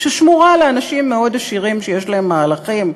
ששמורה לאנשים מאוד עשירים, שיש להם מהלכים.